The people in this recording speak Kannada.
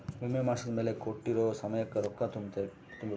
ವಿಮೆ ಮಾಡ್ಸಿದ್ಮೆಲೆ ಕೋಟ್ಟಿರೊ ಸಮಯಕ್ ರೊಕ್ಕ ತುಂಬ ಬೇಕ್